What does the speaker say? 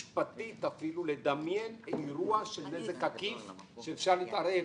משפטית אפילו לדמיין אירוע של נזק עקיף שאפשר להתערב.